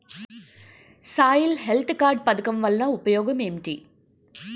Soil health card పథకం వల్ల ఉపయోగం ఏంటి?